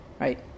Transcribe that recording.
right